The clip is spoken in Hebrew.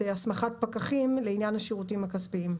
הסמכת הפקחים לעניין השירותים הכספיים.